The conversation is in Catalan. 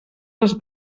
els